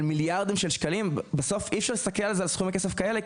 מיליארדים של שקלים בסוף אי אפשר להסתכל על סכומי כסף כאלה,